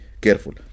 careful